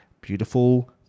beautiful